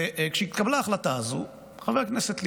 וכשהתקבלה ההחלטה הזאת, חבר הכנסת ליברמן,